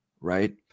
right